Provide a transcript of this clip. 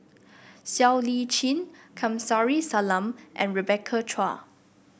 Siow Lee Chin Kamsari Salam and Rebecca Chua